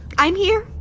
i'm here,